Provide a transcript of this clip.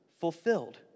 fulfilled